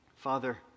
Father